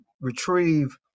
retrieve